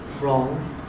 wrong